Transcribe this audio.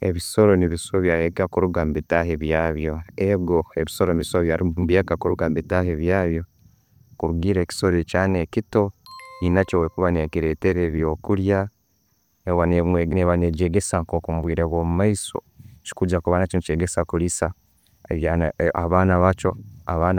Ebisoro ne'bisoro mbyayikira kuruga omutaibyayo, ego ebisoro ne'bisoro byayika kuruga omubitayibyayo kurugira ekisoro ekyana ekito, nyenayakyo bwekuba nekiretera ebyo'kulya, eba negyegeza nka omubwire bwomumaiso, chikuba nikyo chiba nekyegesa ebyana, abaana